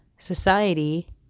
Society